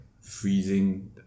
freezing